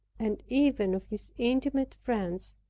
and even of his intimate friends,